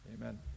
Amen